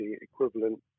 equivalent